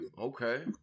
okay